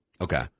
Okay